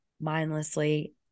mindlessly